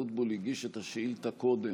שפשוט חבר הכנסת אבוטבול הגיש את השאילתה קודם,